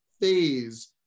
phase